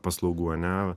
paslaugų ane